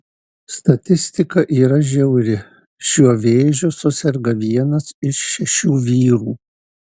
statistika yra žiauri šiuo vėžiu suserga vienas iš šešių vyrų